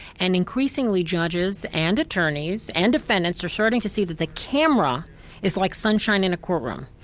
and increasingly judges, and attorneys, and defendants are starting to see that the camera is like sunshine in a court room.